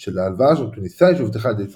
של ההלוואה התוניסאית שהובטחה על ידי צרפת.